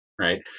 right